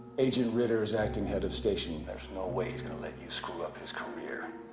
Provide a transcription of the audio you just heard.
agent ritter is acting head of station there's no way he's gonna let you screw up his career.